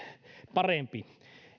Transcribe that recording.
parempi